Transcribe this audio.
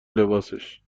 لباسش